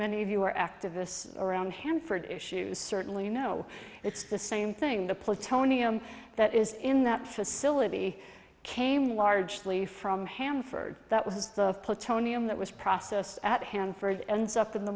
many of you are activists around him for issues certainly you know it's the same thing the plutonium that is in that facility came largely from ham for that was the of plutonium that was processed at hanford ends up in the